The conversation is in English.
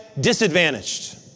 disadvantaged